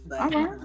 okay